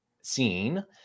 seen